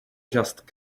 just